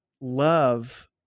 love